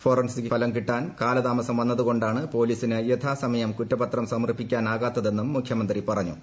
forensic ഫലം കിട്ടാൻ കാലതാമസം വന്നതുകൊാണ് പോലീസിന് യഥാസമയം കുറ്റപത്രം സമർപ്പിക്കാനാകാത്തതെന്നും മുഖ്യമന്ത്രി പറഞ്ഞു